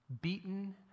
beaten